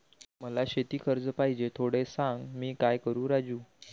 मला शेती कर्ज पाहिजे, थोडं सांग, मी काय करू राजू?